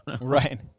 Right